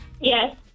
yes